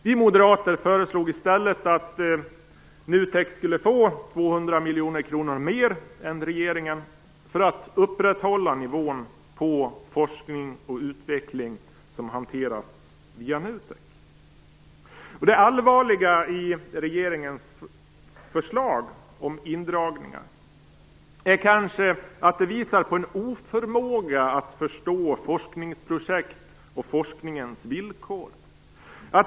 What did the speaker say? Vi moderater föreslog i stället att NUTEK skulle få 200 miljoner kronor mer än vad regeringen föreslagit, för att upprätthålla nivån på forskning och utveckling som hanteras via NUTEK. Det allvarliga i regeringens förslag om indragningar är kanske att det visar på en oförmåga att förstå forskningsprojekt och forskningens villkor.